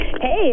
Hey